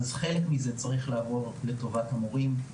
אז חלק מזה צריך לעבור לטובת המורים.